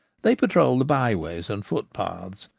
they patrol the byways and footpaths,